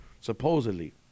supposedly